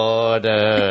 order